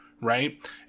right